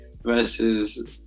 Versus